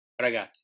Ragazzi